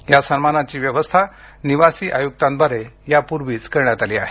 या सन्मानाची व्यवस्था निवासी आयुक्तांद्वारे यापूर्वीच करण्यात आली आहे